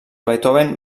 beethoven